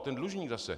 Ten dlužník zase.